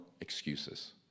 excuses